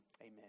Amen